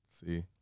see